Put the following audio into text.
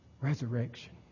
Resurrection